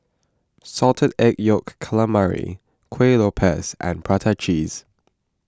Salted Egg Yolk Calamari Kueh Lopes and Prata Cheese